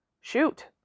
shoot